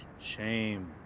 Shame